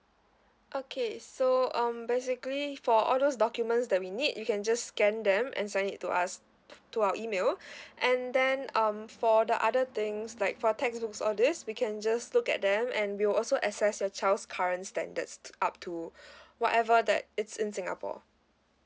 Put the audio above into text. okay so um basically for all those documents that we need you can just scan them and send it to us to our email and then um for the other things like for textbooks all these we can just look at them and we'll also access your child's current standards up to whatever that it's in singapore